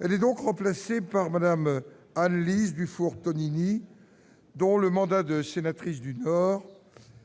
elle est remplacée par Mme Anne-Lise Dufour-Tonini, dont le mandat de sénatrice du Nord